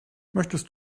möchtest